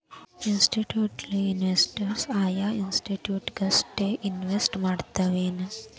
Institutional investors ಆಯಾ institute ಗಷ್ಟ invest ಮಾಡ್ತಾವೆನ್?